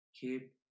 Keep